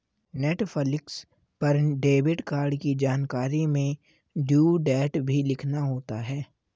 Netflix पर debit card की जानकारी में ड्यू डेट भी लिखना होता है